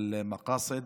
המכללה לסיעוד באל-מקאסד,